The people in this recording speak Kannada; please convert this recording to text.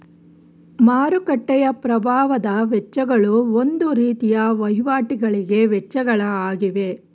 ಮಾರುಕಟ್ಟೆಯ ಪ್ರಭಾವದ ವೆಚ್ಚಗಳು ಒಂದು ರೀತಿಯ ವಹಿವಾಟಿಗಳಿಗೆ ವೆಚ್ಚಗಳ ಆಗಿವೆ